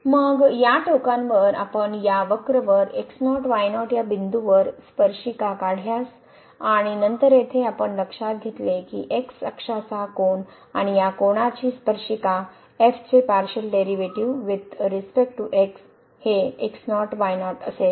मग या टोकांवर आपण या वक्र वर x0 y0 या बिंदूवर स्पर्शिका काढल्यास आणि नंतर येथे आपण लक्षात घ्या की x अक्षाचा कोन आणि या कोनाचे स्पर्शिका f चे partial derivative with respect to x हे x0 y0 असेल